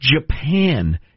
Japan